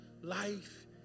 life